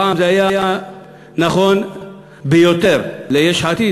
פעם זה היה נכון ביותר ליש עתיד,